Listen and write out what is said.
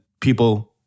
people